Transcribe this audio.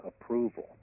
approval